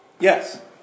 Yes